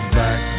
back